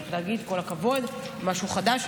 צריך להגיד כל הכבוד, היה משהו חדש.